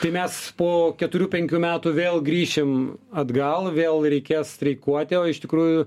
tai mes po keturių penkių metų vėl grįšim atgal vėl reikės streikuoti o iš tikrųjų